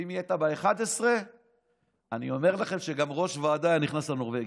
ואם היא הייתה ב-11 אני אומר לכם שגם ראש ועדה היה נכנס לנורבגי,